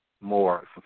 more